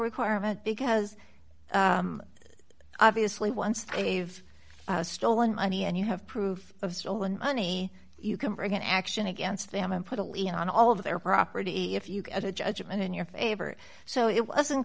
requirement because obviously once they've stolen money and you have proof of stolen money you can bring an action against them and put a lien on all of their property if you get a judgment in your favor so it wasn't